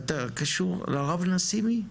אתה קשור לרב נסימי?